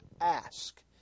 ask